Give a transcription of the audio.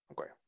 Okay